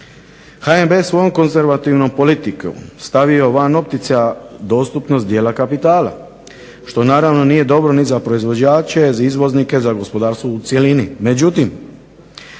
HNB-a svojom konzervativnom politikom stavio van opticaja dostupnost dijela kapitala, što naravno nije dobro ni za proizvođače, za izvoznike, za gospodarstvo u cjelini.